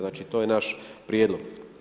Znači to je naš prijedlog.